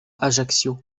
ajaccio